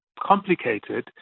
complicated